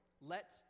let